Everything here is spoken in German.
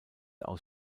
aus